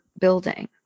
building